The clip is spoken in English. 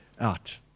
out